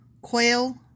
quail